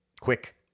quick